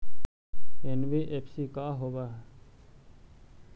NBFC का होब?